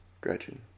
Gretchen